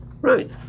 Right